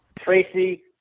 Tracy